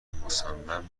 مصمم